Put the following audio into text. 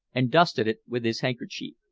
and dusted it with his handkerchief.